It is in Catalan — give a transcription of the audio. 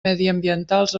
mediambientals